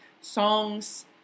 songs